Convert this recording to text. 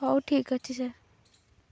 ହଉ ଠିକ୍ ଅଛି ସାର୍